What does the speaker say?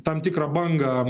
tam tikrą bangą